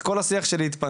אז כל השיח של להתפנות,